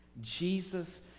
Jesus